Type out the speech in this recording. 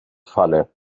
falle